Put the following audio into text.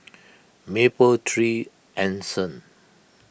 Mapletree Anson